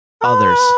others